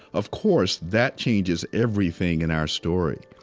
of course, that changes everything in our story.